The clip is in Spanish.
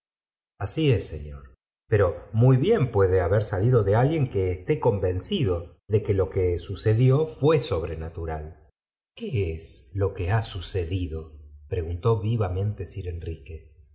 así es señor pero muy bien puede haber saifido de alguien que esté convencido de que lo que sucedió fué sobrenatural qu é jo que ha sucedido preguntó vivamentefir enrique